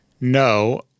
No